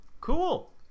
cool